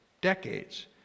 decades